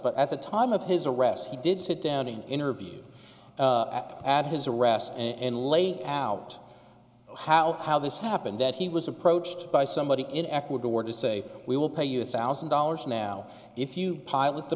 but at the time of his arrest he did sit down and interview at his arrest and laying out how how this happened that he was approached by somebody in ecuador to say we will pay you a thousand dollars now if you pilot the